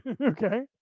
Okay